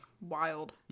wild